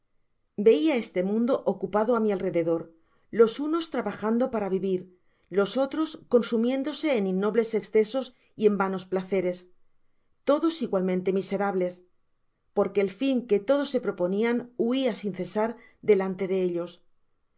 veia este mundo ocupado á mi alrededor los unos trabajando para vivir los otros consumiendose en ignsbles escesos y en vanos placeres todos igualmente miserables porque el fin que todos se proponian huia sin cesar delante de ellos los